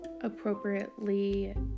appropriately